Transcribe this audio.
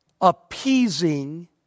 appeasing